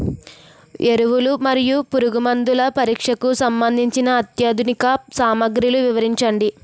ఎరువులు మరియు పురుగుమందుల పరీక్షకు సంబంధించి అత్యాధునిక సామగ్రిలు వివరించండి?